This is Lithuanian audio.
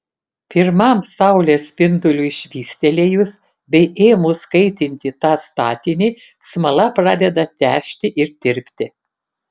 pirmam saulės spinduliui švystelėjus bei ėmus kaitinti tą statinį smala pradeda težti ir tirpti